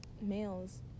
males